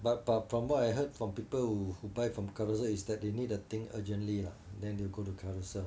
but from what I heard from people who buy from Carousell is that they need the thing urgently lah then you go to Carousell